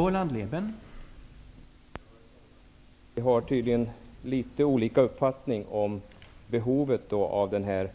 Herr talman! Vi har tydligen litet olika uppfattningar om behovet av en